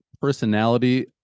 personality